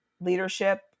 leadership